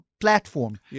platform